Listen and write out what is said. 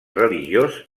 religiós